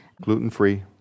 Gluten-free